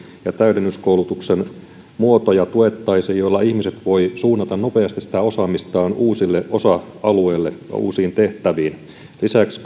ja tuettaisiin täydennyskoulutuksen muotoja joilla ihmiset voivat suunnata nopeasti osaamistaan uusille osa alueille ja uusiin tehtäviin lisäksi